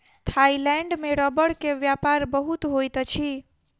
Thailand में रबड़ के व्यापार बहुत होइत अछि